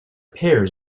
pears